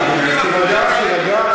אז תירגע,